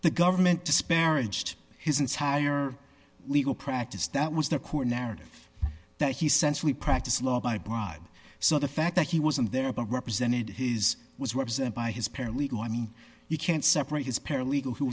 the government disparaged his entire legal practice that was the core narrative that he sense we practice law by bribe so the fact that he wasn't there but represented his was represented by his paralegal i mean you can't separate his paralegal who